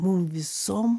mum visom